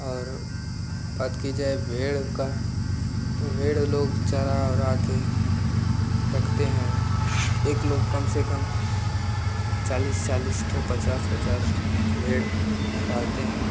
और बात की जाए भेड़ की तो भेड़ लोग चरा उरा कर रखते हैं एक लोग कम से कम चालीस चालीस ठो पचास पचास ठो भेड़ पालते हैं